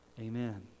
Amen